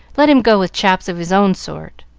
let him go with chaps of his own sort.